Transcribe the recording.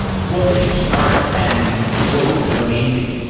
what would you start and what would the domain be?